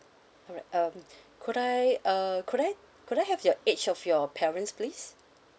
alright um could I uh could I could I have your age of your parents please